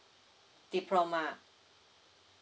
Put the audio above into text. diploma